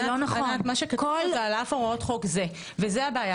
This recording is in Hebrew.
מה שכתוב זה על אף הוראות חוק זה וזאת הבעיה.